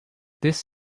this